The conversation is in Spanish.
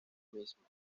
misma